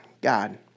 God